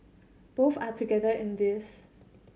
both are together in this